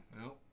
No